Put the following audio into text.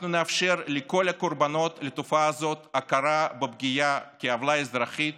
אנחנו נאפשר לכל הקורבנות של התופעה הזאת הכרה בפגיעה כעוולה אזרחית